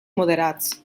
moderats